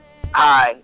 hi